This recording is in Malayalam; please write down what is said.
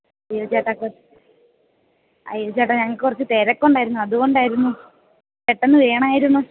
അയ്യോ ചേട്ടാ അയ്യോ ചേട്ടാ ഞങ്ങൾക്ക് കുറച്ച് തിരക്ക് ഉണ്ടായിരുന്നു അതുകൊണ്ടായിരുന്നു പെട്ടെന്ന് വേണമായിരുന്നു